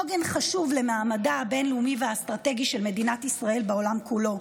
עוגן חשוב למעמדה הבין-לאומי והאסטרטגי של מדינת ישראל בעולם כולו,